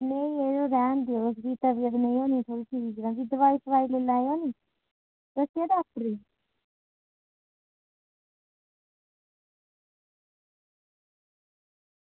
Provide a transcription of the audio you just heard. नेईं नेईं रौह्ना देओ तुस दोआई लेई लैएओ नी दस्सेआ डॉक्टरै ई